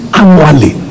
annually